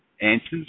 answers